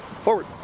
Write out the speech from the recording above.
Forward